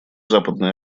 западной